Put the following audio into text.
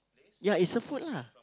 ya is a food lah